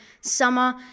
summer